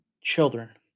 children